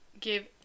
give